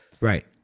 Right